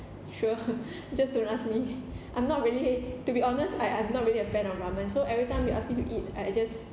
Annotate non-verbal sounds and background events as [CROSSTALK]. sure [LAUGHS] just don't ask me I'm not really to be honest I I'm not really a fan of ramen so everytime you ask me to eat I just